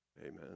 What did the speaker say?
Amen